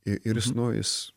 ir jis nu jis